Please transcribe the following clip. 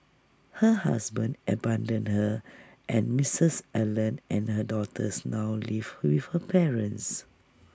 her husband abandoned her and misses Allen and her daughters now live with her parents